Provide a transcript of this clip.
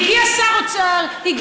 הגיע שר אוצר כחלון,